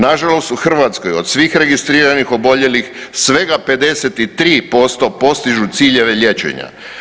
Nažalost u Hrvatskoj od svih registriranih oboljelih svega 53% postižu ciljeve liječenja.